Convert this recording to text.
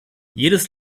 jedes